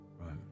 Right